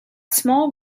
small